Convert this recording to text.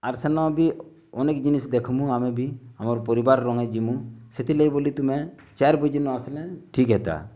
ଆର୍ ସେନ ବି ଅନେକ୍ ଜିନିଷ୍ ଦେଖମୁଁ ଆମେ ବି ଆମର୍ ପରିବାର୍ ମାନେ ଯିମୁଁ ସେଥିର୍ ଲାଗି ବୋଲି ତୁମେ ଚାର୍ ବଜେନ ଆସିଲେ ଠିକ୍ ହେତା